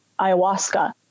ayahuasca